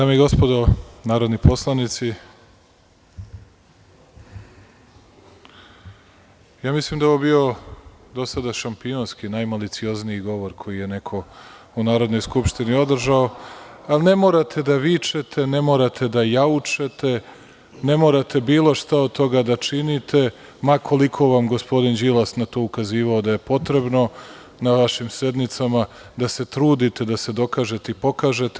Dame i gospodo narodni poslanici, mislim da je ovo bio do sada šampionski najmaliciozniji govor koji je neko u Narodnoj skupštini održao, ali ne morate da vičete, ne morate da jaučete, ne morate bilo šta od toga da činite, ma koliko vam gospodin Đilas na to ukazivao da je potrebno na vašim sednicama, da se trudite da se dokažete i pokažete.